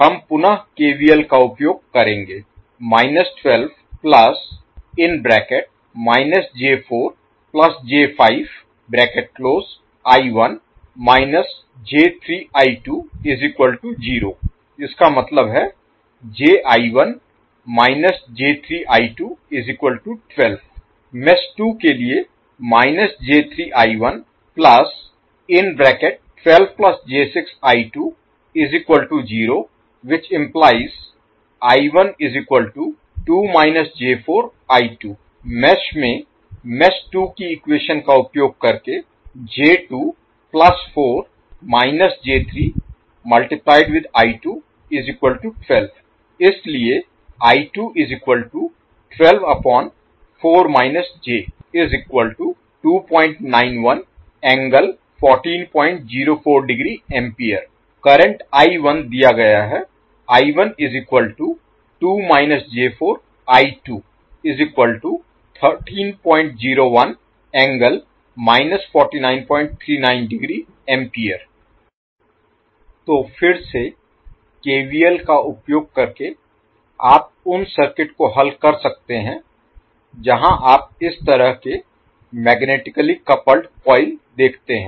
हम पुनः KVL का उपयोग करेंगे मेष 2 के लिए मेष में मेष 2 की इक्वेशन का उपयोग करके इसलिये करंट दिया गया है तो फिर से केवीएल का उपयोग करके आप उन सर्किट को हल कर सकते हैं जहां आप इस तरह के मैग्नेटिकली कपल्ड कॉइल देखते हैं